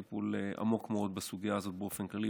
נעשה טיפול עמוק מאוד בסוגיה הזאת באופן כללי,